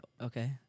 Okay